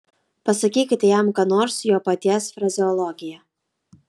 pasakykite jam ką nors jo paties frazeologija